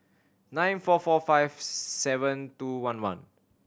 nine four four five seven two one one